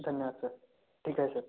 धन्यवाद सर ठीक आहे सर